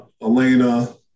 Elena